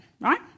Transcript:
right